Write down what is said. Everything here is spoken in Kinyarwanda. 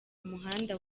muhanda